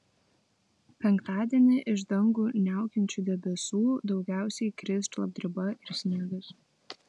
penktadienį iš dangų niaukiančių debesų daugiausiai kris šlapdriba ir sniegas